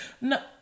No